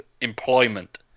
employment